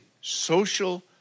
social